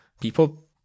People